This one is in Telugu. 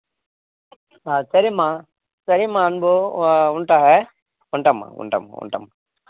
సరే అమ్మా సరే అమ్మా నువ్వు ఉంటావా ఉంటామ్మ ఉంటామ్మ ఉంటామ్మ